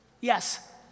Yes